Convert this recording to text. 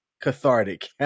cathartic